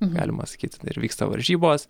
galima sakyti na ir vyksta varžybos